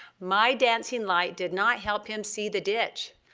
my dancing light did not help him see the ditch.